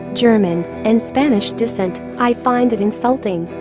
german and spanish descent, i find it insulting